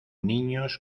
niños